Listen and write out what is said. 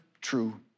True